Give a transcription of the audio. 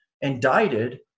indicted